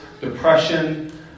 Depression